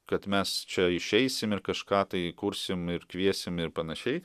kad mes čia išeisim ir kažką tai kursim ir kviesim ir panašiai